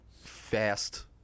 fast